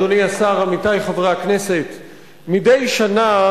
תודה רבה,